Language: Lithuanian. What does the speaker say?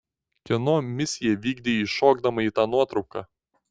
kieno misiją vykdei įšokdama į tą nuotrauką